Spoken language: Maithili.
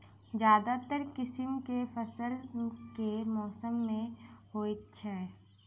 ज्यादातर किसिम केँ फसल केँ मौसम मे होइत अछि?